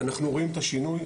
אנחנו רואים את השינוי.